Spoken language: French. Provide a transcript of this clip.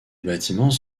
bâtiments